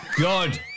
God